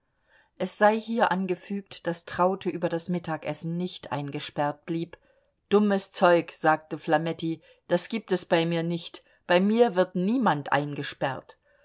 es sei hier angefügt daß traute über das mittagessen nicht eingesperrt blieb dummes zeug sagte flametti das gibt es bei mir nicht bei mir wird niemand eingesperrt